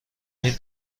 این